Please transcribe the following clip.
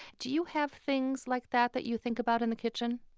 do you have things like that that you think about in the kitchen?